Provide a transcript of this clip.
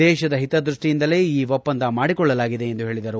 ದೇಶದ ಹಿತದ್ಬಷ್ಟಿಯಿಂದಲೇ ಈ ಒಪ್ಪಂದ ಮಾಡಿಕೊಳ್ಳಲಾಗಿದೆ ಎಂದು ಹೇಳಿದರು